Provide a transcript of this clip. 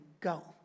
go